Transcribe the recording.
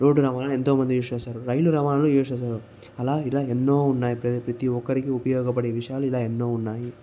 road రవాణాలు ఎంతమంది use చేస్తారు రైలు రవాణాలు యూజ్ చేస్తారు అలా ఇలా ఎన్నో ఉన్నాయి ప్రతి ప్రతి ఒక్కరికి ఉపయోగపడే విషయాలు ఇలా ఎన్నో ఉన్నాయి